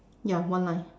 ya one line